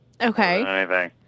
Okay